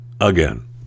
again